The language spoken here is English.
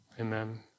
Amen